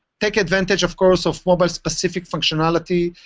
take advantage, of course, of mobile specific functionality,